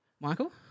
Michael